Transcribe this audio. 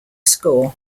score